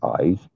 eyes